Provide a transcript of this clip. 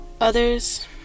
others